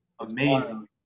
Amazing